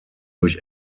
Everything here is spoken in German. durch